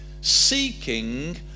seeking